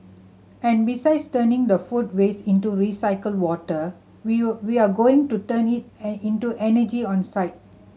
and besides turning the food waste into recycled water we'll we are going to turn it an into energy on site